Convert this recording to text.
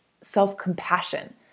self-compassion